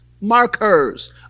markers